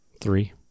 Three